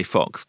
Fox